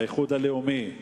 האיחוד הלאומי,